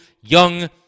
young